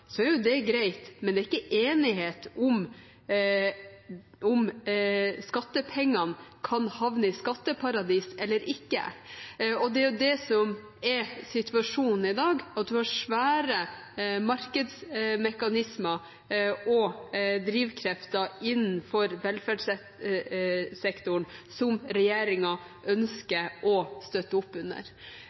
er det greit, men det er ikke enighet om at skattepengene skal havne i skatteparadiser. Det er det som er situasjonen i dag, at man har store markedsmekanismer og drivkrefter innenfor velferdssektoren som regjeringen ønsker å støtte opp under